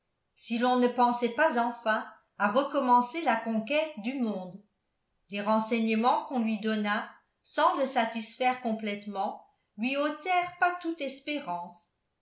si l'on ne pensait pas enfin à recommencer la conquête du monde les renseignements qu'on lui donna sans le satisfaire complètement ne lui ôtèrent pas toute espérance